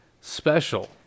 special